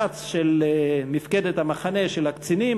רץ של מפקדת המחנה של הקצינים,